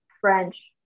French